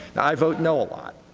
i vote no a lot.